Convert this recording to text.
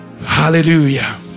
Hallelujah